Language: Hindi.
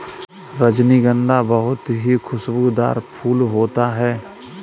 रजनीगंधा बहुत ही खुशबूदार फूल होता है